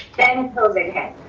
then covid came.